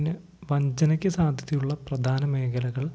പിന്നെ വഞ്ചനയ്ക്കു സാധ്യതയുള്ള പ്രധാന മേഖലകൾ